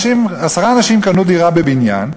עשרה אנשים קנו דירה בבניין,